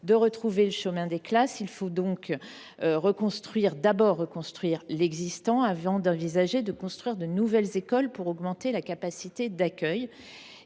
de retrouver le chemin de l’école. Il faut donc reconstruire l’existant avant d’envisager de construire de nouvelles écoles pour augmenter la capacité d’accueil.